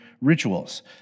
rituals